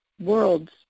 worlds